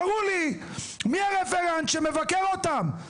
תראו לי מי הרפרנט שמבקר אותם.